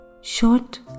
Short